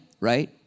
right